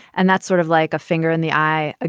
and that's sort of like a finger in the eye.